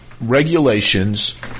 regulations